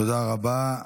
תודה רבה.